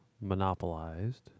monopolized